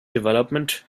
development